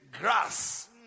grass